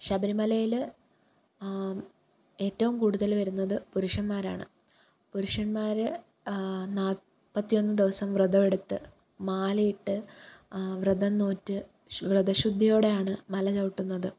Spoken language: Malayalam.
ശബരിമലയിൽ ഏറ്റവും കൂടുതൽ വരുന്നത് പുരുഷന്മാരാണ് പുരുഷന്മാർ നാൽപ്പത്തി ഒന്ന് ദിവസം വ്രതം എടുത്ത് മാലയിട്ട് വ്രതം നോറ്റ് വ്രത ശുദ്ധിയോടെയാണ് മല ചവിട്ടുന്നത്